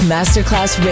Masterclass